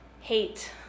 hate